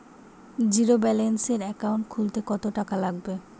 জিরোব্যেলেন্সের একাউন্ট খুলতে কত টাকা লাগবে?